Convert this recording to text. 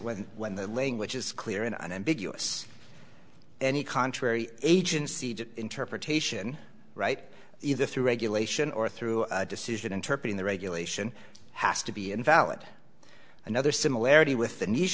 whether when they're laying which is clear and unambiguous any contrary agency to interpretation right either through regulation or through decision interpret in the regulation has to be invalid another similarity with the nice